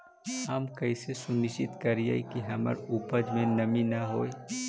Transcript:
हम कैसे सुनिश्चित करिअई कि हमर उपज में नमी न होय?